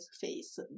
face